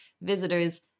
visitors